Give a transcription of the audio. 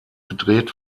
gedreht